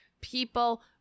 people